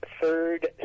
third